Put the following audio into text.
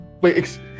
Wait